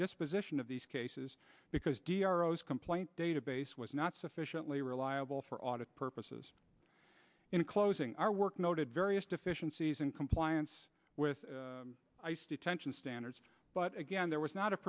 disposition of these cases because complaint database was not sufficiently reliable for audit purposes in closing our work noted various deficiencies in compliance with the tension standards but again there was not a